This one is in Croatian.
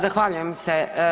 Zahvaljujem se.